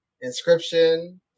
Inscription